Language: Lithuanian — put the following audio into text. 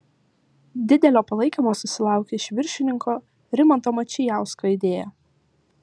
didelio palaikymo susilaukė iš viršininko rimanto mačijausko idėja